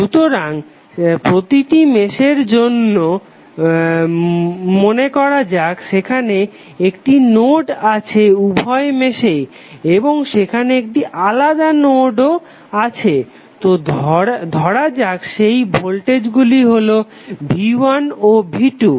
সুতরাং প্রতিটি মেশের জন্য মনে করা যাক সেখানে একটি নোড আছে উভয় মেশেই এবং সেখানে একটি আলাদা নোড ও আছে তো ধরা যাক সেই ভোল্টেজ গুলি হলো v1 ও v2